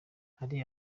hari